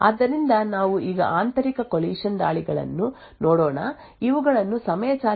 ಆದ್ದರಿಂದ ನಾವು ಈಗ ಆಂತರಿಕ ಕೊಲಿಷನ್ ದಾಳಿಗಳನ್ನು ನೋಡೋಣ ಇವುಗಳನ್ನು ಸಮಯ ಚಾಲಿತ ದಾಳಿ ಎಂದು ಸರಿಯಾಗಿ ಕರೆಯಲಾಗುತ್ತದೆ